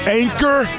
anchor